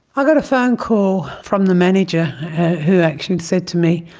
i got a phone call from the manager who actually said to me,